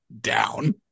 down